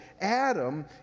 Adam